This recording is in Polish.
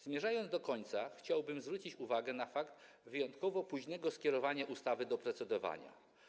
Zmierzając do końca, chciałbym zwrócić uwagę na fakt wyjątkowo późnego skierowania ustawy do procedowania.